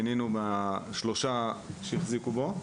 משלושה פולשים שהחזיקו בו,